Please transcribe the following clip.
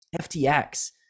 FTX